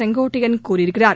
செங்கோட்டையன் கூறியிருக்கிறார்